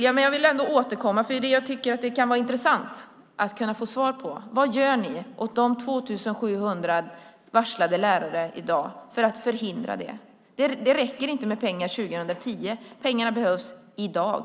Jag vill återkomma till frågan, eftersom det kan vara intressant att få svar på den: Vad gör ni åt de 2 700 lärare som i dag är varslade och för att förhindra varsel? Det räcker inte med pengar år 2010. Pengarna behövs i dag.